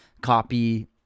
copy